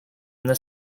this